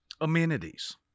amenities